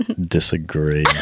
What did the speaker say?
Disagree